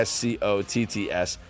Scott's